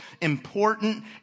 important